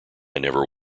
never